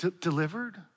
Delivered